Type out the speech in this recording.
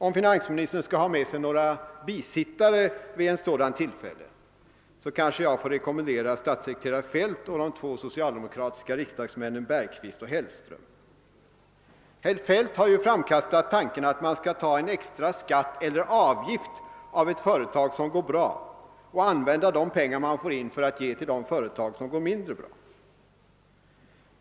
Om finansministern skall ha med sig några bisittare vid ett sådant tillfälle, kanske jag får rekommendera statssekretare Feldt och de två socialdemokratiska riksdagsmännen Bergqvist och Hellström. Herr Feldt har framkastat tanken att man skall ta ut en extra skatt eller avgift av företag som går bra och använda de peng ar, som man får in, till företag som går mindre bra.